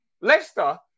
Leicester